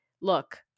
look